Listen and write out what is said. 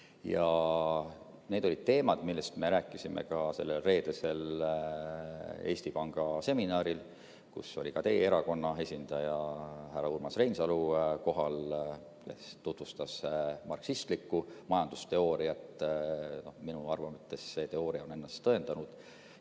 Need olid teemad, millest me rääkisime ka sellel reedesel Eesti Panga seminaril, kus oli teie erakonna esindajana kohal härra Urmas Reinsalu, kes tutvustas marksistlikku majandusteooriat. Minu arvates see teooria on ennast tõestanud.